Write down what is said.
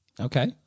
Okay